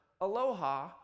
Aloha